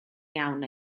iawn